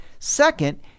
Second